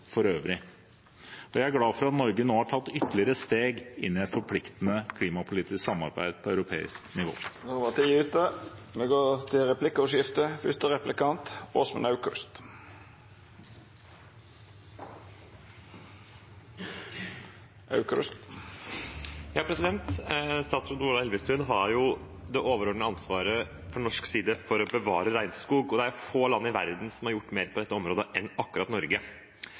for øvrig, og jeg er glad for at Norge nå har tatt ytterligere steg inn i et forpliktende klimapolitisk samarbeid på europeisk nivå. Det vert replikkordskifte. Statsråd Ola Elvestuen har det overordnede ansvaret på norsk side for å bevare regnskog, og det er få land i verden som har gjort mer på dette området enn akkurat Norge.